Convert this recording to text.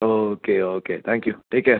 okay okay thank you take care